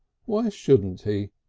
why shouldn't he?